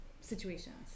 situations